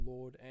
Lord